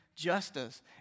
justice